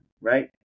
right